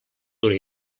dura